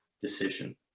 decision